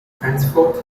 henceforth